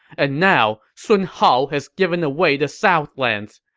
and now, sun hao has given away the southlands!